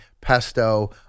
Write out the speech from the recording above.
pesto